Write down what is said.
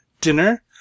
Dinner